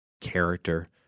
character